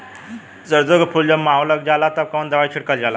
सरसो के फूल पर जब माहो लग जाला तब कवन दवाई छिड़कल जाला?